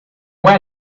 where